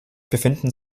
befinden